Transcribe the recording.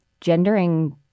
Gendering